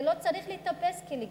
זה לא צריך להיתפס כלגיטימי,